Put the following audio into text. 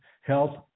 health